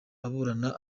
aburana